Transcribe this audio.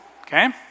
okay